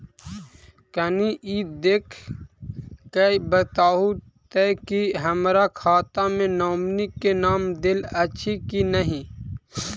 कनि ई देख कऽ बताऊ तऽ की हमरा खाता मे नॉमनी केँ नाम देल अछि की नहि?